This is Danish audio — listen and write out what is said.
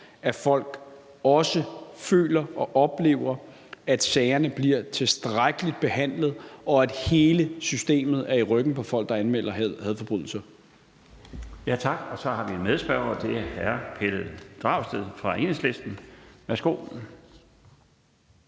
at folk også føler og oplever, at sagerne bliver tilstrækkeligt behandlet, og at hele systemet er i ryggen på folk, der anmelder hadforbrydelser.